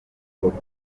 agomba